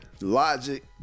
Logic